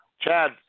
Chad